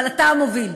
אבל אתה המוביל.